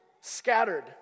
scattered